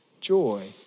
joy